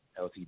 Ltd